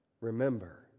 Remember